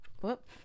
whoop